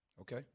Okay